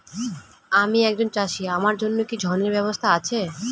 আমি একজন চাষী আমার জন্য কি ঋণের ব্যবস্থা আছে?